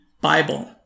Bible